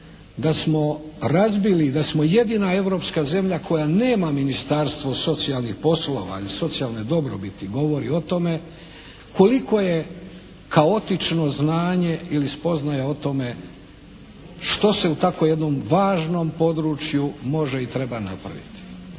da smo razbili i da smo jedina europska zemlja koja nema Ministarstvo socijalnih poslova ili socijalne dobrobiti, govori o tome koliko je kaotično znanje ili spoznaja o tome što se u tako jednom važnom području može i treba napraviti.